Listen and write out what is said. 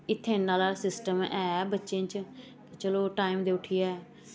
इत्थै इन्ना हारा सिस्टम ऐ बच्चें च चलो टैम दे उट्ठियै